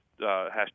Hashtag